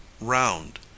ROUND